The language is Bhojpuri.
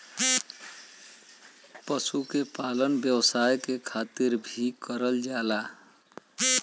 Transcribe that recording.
पशु के पालन व्यवसाय के खातिर भी करल जाला